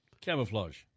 camouflage